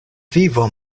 vivo